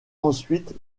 ensuite